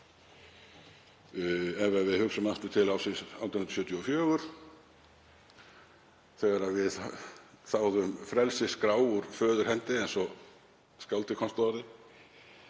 ef við hugsum aftur til ársins 1874 þegar við þáðum frelsisskrá úr föðurhendi, eins og skáldið komst að